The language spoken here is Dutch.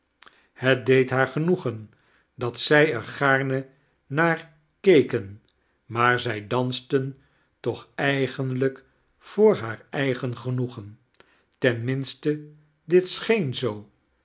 het deed haar genoegen dat zij er gaarne naar keken maar zij danefen toch eigenlijk voor haar eigen genoegen ten minste dit seheen zoo